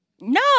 No